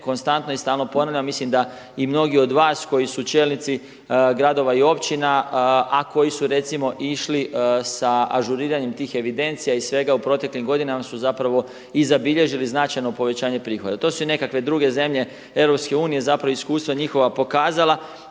konstantno i stalno ponavljam, mislim da i mnogi od vas koji su čelnici gradova i općina a koji su recimo išli sa ažuriranjem tih evidencija i svega u proteklim godinama su zapravo i zabilježili značajno povećanje prihoda. To su i nekakve druge zemlje EU, zapravo iskustva njihova pokazala.